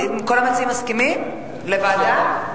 כל המציעים מסכימים לוועדה?